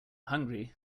hungry